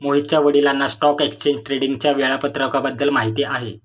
मोहितच्या वडिलांना stock exchange ट्रेडिंगच्या वेळापत्रकाबद्दल माहिती आहे